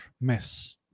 mess